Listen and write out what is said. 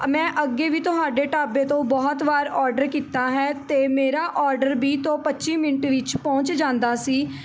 ਮੈਂ ਅੱਗੇ ਵੀ ਤੁਹਾਡੇ ਢਾਬੇ ਤੋਂ ਬਹੁਤ ਵਾਰ ਔਡਰ ਕੀਤਾ ਹੈ ਅਤੇ ਮੇਰਾ ਔਡਰ ਵੀਹ ਤੋਂ ਪੱਚੀ ਮਿੰਟ ਵਿੱਚ ਪਹੁੰਚ ਜਾਂਦਾ ਸੀ